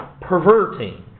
perverting